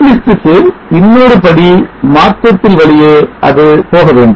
netlist க்கு இன்னொரு படி மாற்றத்தில் வழியே அது போக வேண்டும்